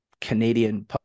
Canadian